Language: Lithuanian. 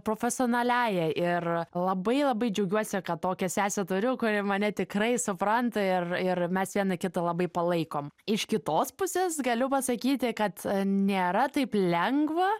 profesionaliąja ir labai labai džiaugiuosi kad tokią sesę turiu kuri mane tikrai supranta ir ir mes viena kitą labai palaikom iš kitos pusės galiu pasakyti kad nėra taip lengva